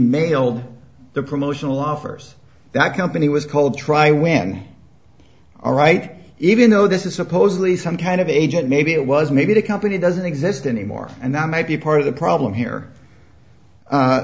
mailed the promotional offers that company was cold try when all right even though this is supposedly some kind of agent maybe it was maybe the company doesn't exist anymore and that might be part of the problem here